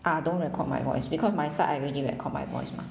ah don't record my voice because my side I already record my voice mah